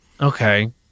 okay